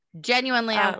genuinely